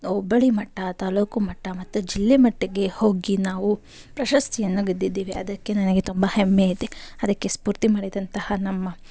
ಹೋಬಳಿ ಮಟ್ಟ ತಾಲ್ಲೂಕು ಮಟ್ಟ ಮತ್ತು ಜಿಲ್ಲಾ ಮಟ್ಟಕ್ಕೆ ಹೋಗಿ ನಾವು ಪ್ರಶಸ್ತಿಯನ್ನು ಗೆದ್ದಿದ್ದೀವಿ ಅದಕ್ಕೆ ನನಗೆ ತುಂಬ ಹೆಮ್ಮೆ ಇದೆ ಅದಕ್ಕೆ ಸ್ಪೂರ್ತಿ ಮಾಡಿದಂತಹ ನಮ್ಮ